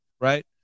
right